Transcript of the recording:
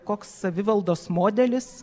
koks savivaldos modelis